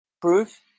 proof